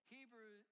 Hebrew